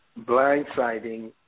blindsiding